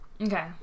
Okay